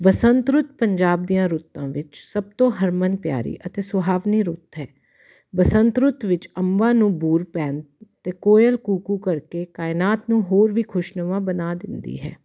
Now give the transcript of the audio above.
ਬਸੰਤ ਰੁੱਤ ਪੰਜਾਬ ਦੀਆਂ ਰੁੱਤਾਂ ਵਿੱਚ ਸਭ ਤੋਂ ਹਰਮਨ ਪਿਆਰੀ ਅਤੇ ਸੁਹਾਵਣੀ ਰੁੱਤ ਹੈ ਬਸੰਤ ਰੁੱਤ ਵਿੱਚ ਅੰਬਾ ਨੂੰ ਬੂਰ ਪੈਣ ਅਤੇ ਕੋਇਲ ਕੂ ਕੂ ਕਰਕੇ ਕਾਇਨਾਤ ਨੂੰ ਹੋਰ ਵੀ ਖੁਸ਼ਨੁਮਾ ਬਣਾ ਦਿੰਦੀ ਹੈ